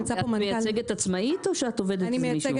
נמצא פה מנכ"ל --- את מייצגת עצמאית או שאת עובדת עם מישהו?